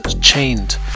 chained